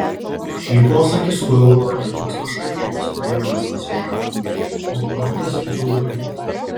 šį posakį sugalvojo ne koks pašalietis norėdamas pasišaipyti o patys dzūkai